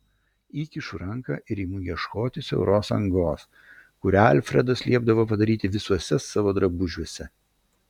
įkišu ranką ir imu ieškoti siauros angos kurią alfredas liepdavo padaryti visuose savo drabužiuose